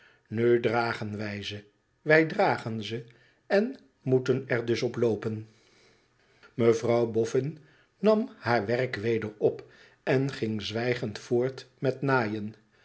dragen wij ze wij dragen ze en moeten er dus op loopen mevrouw boffin nam haar werk weder op en ging zwijgend voort met naaien